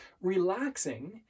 relaxing